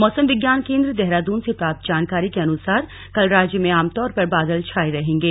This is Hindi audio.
मौसम विज्ञान केंद्र देहरादून से प्राप्त जानकारी के अनुसार कल राज्य में आमतौर पर बादल छाए रहेंगे